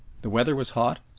the weather was hot,